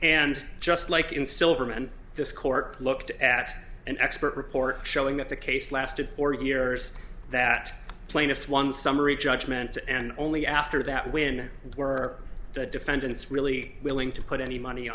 and just like in silverman this court looked at an expert report showing that the case lasted for years that plaintiffs won summary judgment and only after that when were the defendants really willing to put any money